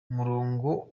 umurongo